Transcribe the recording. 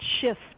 shift